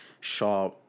Shaw